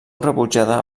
rebutjada